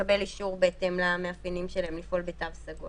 ולקבל אישור בהתאם למאפיינים שלהן לפעול בתו סגול.